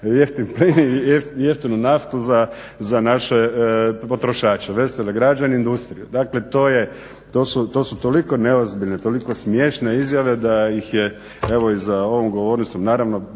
jeftinu naftu za naše potrošače, vesele … industrije. Dakle to su toliko neozbiljne, toliko smiješne izjave da ih je za ovom govornicom naravno